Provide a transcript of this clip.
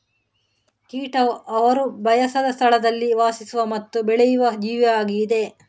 ಕೀಟವು ಅವರು ಬಯಸದ ಸ್ಥಳದಲ್ಲಿ ವಾಸಿಸುವ ಮತ್ತು ಬೆಳೆಯುವ ಜೀವಿಯಾಗಿದೆ